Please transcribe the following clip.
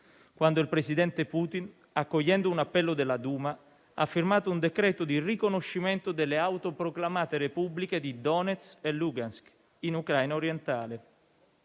quando il presidente Putin, accogliendo un appello della Duma, ha firmato un decreto di riconoscimento delle autoproclamate Repubbliche di Donetsk e Lugansk, in Ucraina orientale.